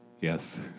Yes